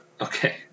okay